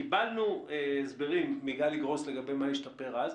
קיבלנו הסברים מגלי גרוס לגבי מה השתפר מאז.